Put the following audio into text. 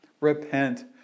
repent